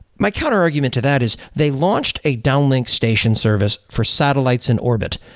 my counterargument to that is, they launched a downlink station service for satellites in orbit.